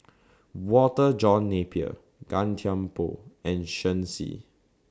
Walter John Napier Gan Thiam Poh and Shen Xi